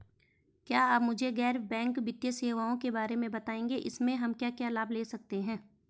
क्या आप मुझे गैर बैंक वित्तीय सेवाओं के बारे में बताएँगे इसमें हम क्या क्या लाभ ले सकते हैं?